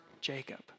Jacob